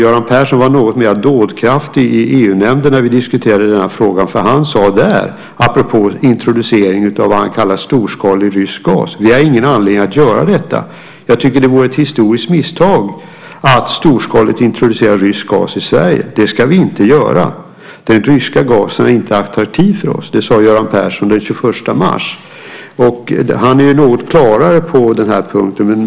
Göran Persson var något mer dådkraftig i EU-nämnden när vi diskuterade denna fråga. Han sade där apropå en introduktion av vad han kallar storskalig rysk gas: Vi har ingen anledning att göra detta. Jag tycker att det vore ett historiskt misstag att storskaligt introducera rysk gas i Sverige. Det ska vi inte göra. Den ryska gasen är inte attraktiv för oss. Det sade Göran Persson den 21 mars. Han är något klarare på denna punkt.